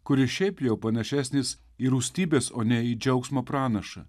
kuris šiaip jau panašesnis į rūstybės o ne į džiaugsmo pranašą